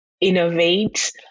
innovate